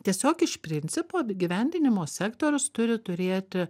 tiesiog iš principo apgyvendinimo sektorius turi turėti